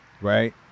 right